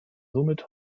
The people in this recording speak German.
somit